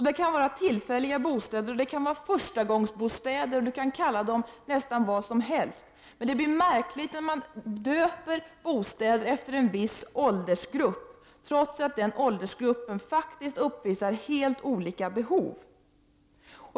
Det kan vara tillfälliga bostäder, förstagångsbostäder eller vad de kallas, men det blir märkligt när man döper bostäder efter en viss åldersgrupp, trots att den åldersgruppen uppvisar helt olika behov.